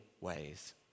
ways